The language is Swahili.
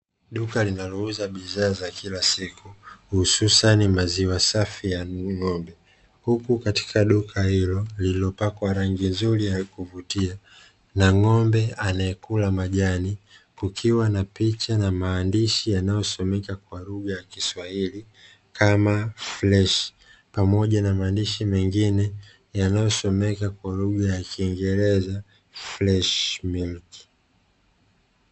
Duka linalouza bidhaa za kila siku, hususani maziwa safi ya ng'ombe. Huku katika duka hilo lililopakwa rangi nzuri ya kuvutia na ng'ombe anayekula majani, kukiwa na picha na maandishi yanayosomeka kwa lugha ya kiswahili kama "freshi" pamoja na maandishi mengine yanayosomeka kwa lugha ya Kiingereza "freshi milki".